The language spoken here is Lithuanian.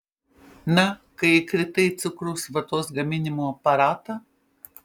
na kai įkritai į cukraus vatos gaminimo aparatą